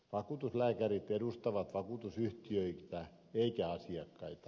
vakuutuslääkärit edustavat vakuutusyhtiöitä eivätkä asiakkaita